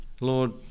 lord